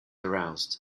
aroused